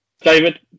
David